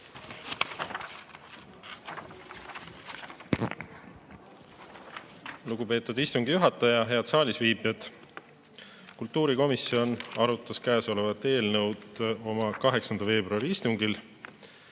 Lugupeetud istungi juhataja! Head saalis viibijad! Kultuurikomisjon arutas eelnõu oma 8. veebruari istungil,